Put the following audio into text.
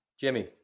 Jimmy